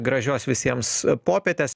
gražios visiems popietės